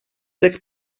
deg